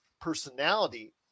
personality